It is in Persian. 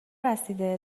رسیده